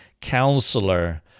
counselor